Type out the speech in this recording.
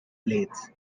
blades